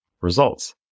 results